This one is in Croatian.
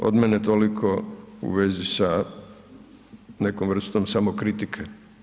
No, od mene toliko u vezi sa nekom vrstom samokritike.